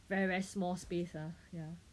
very very small space ah ya